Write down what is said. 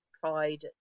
Pride